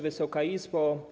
Wysoka Izbo!